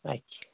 अच्छा